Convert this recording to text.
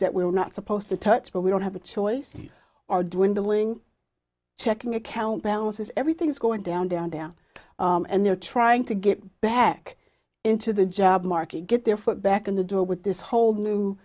that we are not supposed to touch but we don't have a choice our dwindling checking account balances everything's going down down down and they're trying to get back into the job market get their foot back in the door with this whole new